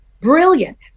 brilliant